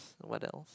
what else